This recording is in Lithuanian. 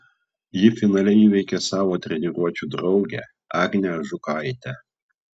ji finale įveikė savo treniruočių draugę agnę ažukaitę